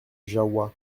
jahoua